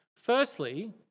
firstly